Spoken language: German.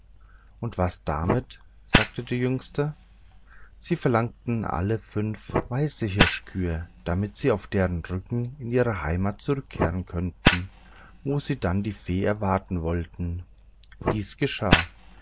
und was damit sagte die jüngste sie verlangten alle fünf weihe hirschkühe damit sie auf deren rücken in ihre heimat zurückkehren könnten wo sie dann die fee erwarten wollten dies geschah